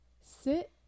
sit